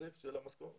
שהיום בממשק שלנו,